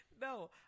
No